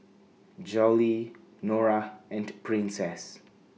Jolie Norah and Princess